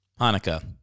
Hanukkah